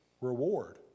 reward